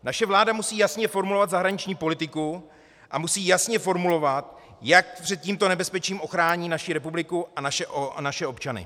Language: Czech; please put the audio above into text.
Naše vláda musí jasně formulovat zahraniční politiku a musí jasně formulovat, jak před tímto nebezpečím ochrání naši republiku a naše občany.